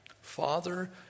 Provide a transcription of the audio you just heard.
Father